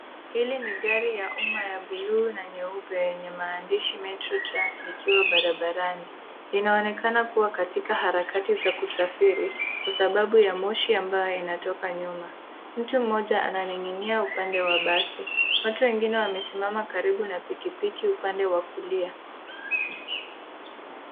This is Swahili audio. Hili ni gari ya umma ya buluu na nyeupe yenye maandishi Metro Trans na ikiwa barabarani. Inaonekana kuwa katika harakati za kusafiri kwasababu ya moshi ambayo inatoka nyuma. Mtu mmoja ananing'inia upande wa basi. Watu wengine wamesimama karibu na pikipiki, upande wa kulia.